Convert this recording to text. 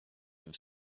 have